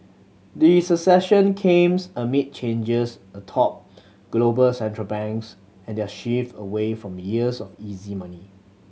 the succession comes amid changes atop global Central Banks and their shift away from years of easy money